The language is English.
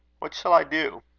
what shall i do?